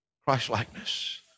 Christ-likeness